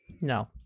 no